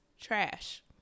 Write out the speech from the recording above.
trash